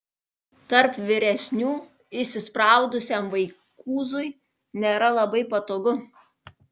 tarp vyresnių įsispraudusiam vaikūzui nėra labai patogu